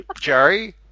Jerry